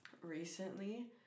recently